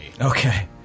Okay